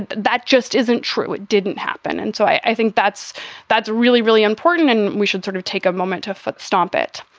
that just isn't true. it didn't happen. and so i think that's that's really, really important. and we should sort of take a moment to stomp it.